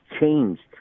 changed